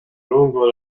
lungo